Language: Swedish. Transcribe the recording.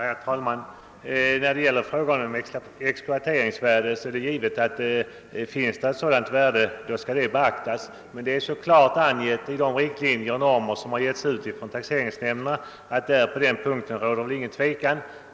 Herr talman! Om det finns ett exploateringsvärde skall det givetvis beaktas. Detta är så klart angivet i de riktlinjer och normer som har utfärdats av taxeringsnämnderna att det inte bör råda något tvivel därom.